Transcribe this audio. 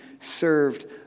served